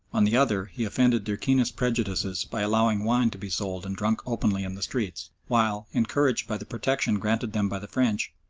on the other he offended their keenest prejudices by allowing wine to be sold and drunk openly in the streets, while, encouraged by the protection granted them by the french,